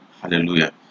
Hallelujah